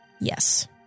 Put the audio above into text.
Yes